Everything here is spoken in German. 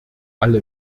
alle